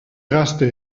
gaste